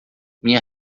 minha